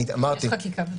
נהפוך הוא,